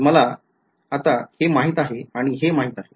तर आता मला हे माहित आहे आणि हे माहित आहे